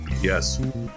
yes